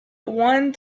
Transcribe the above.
one